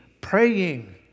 praying